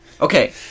okay